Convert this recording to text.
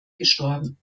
gestorben